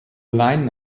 line